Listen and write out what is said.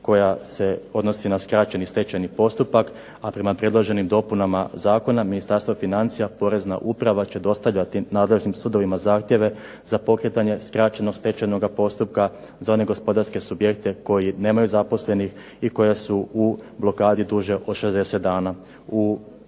koja se odnosi na skraćeni stečajni postupak, a prema predloženim dopunama zakona Ministarstvo financija, POrezna uprava će dostavljati nadležnim sudovima zahtjeve za pokretanje skraćenog stečajnog postupka za one gospodarske subjekte koji nemaju zaposlenih i koja su u blokadi duže od 60 dana.